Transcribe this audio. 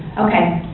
okay,